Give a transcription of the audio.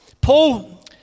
Paul